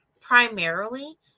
primarily